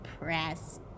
Press